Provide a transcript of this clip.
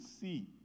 see